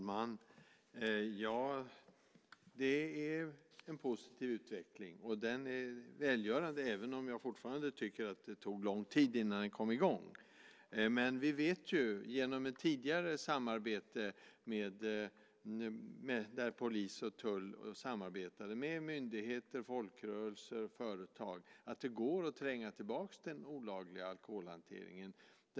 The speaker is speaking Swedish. Fru talman! Det är en positiv och välgörande utveckling, även om jag fortfarande tycker att det tog lång tid innan den kom i gång. Vi vet sedan tidigare när polis och tull har samarbetat med myndigheter, folkrörelser och företag att det går att tränga tillbaka den olagliga alkoholhanteringen.